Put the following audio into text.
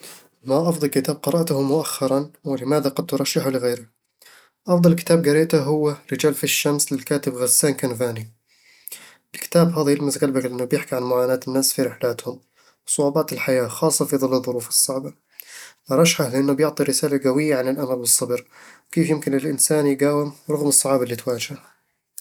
ما أفضل كتاب قرأته مؤخرًا، ولماذا قد ترشحه لغيرك؟ أفضل كتاب قريته هو "رجال في الشمس" للكاتب غسان كنفاني الكتاب هذا يلمس قلبك لأنه بيحكي عن معاناة الناس في رحلاتهم وصعوبات الحياة، خاصة في ظل الظروف الصعبة أرشحه لأنه بيعطي رسالة قوية عن الأمل والصبر، وكيف يمكن للإنسان يقاوم رغم الصعاب اللي تواجهه